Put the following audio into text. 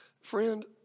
Friend